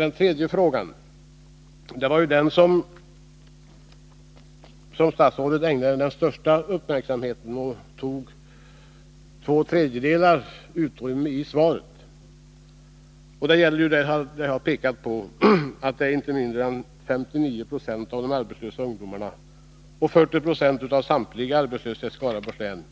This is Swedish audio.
Den tredje frågan ägnade statsrådet den största uppmärksamheten, den upptog två tredjedelar av utrymmet i svaret. I den pekade jag på att inte mindre än 59 20 av de arbetslösa ungdomarna och 40 96 av samtliga arbetslösa i Skaraborgs län